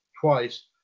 twice